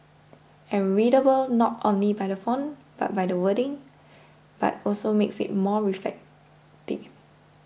and readable not only by the font but by the wordings but also make it more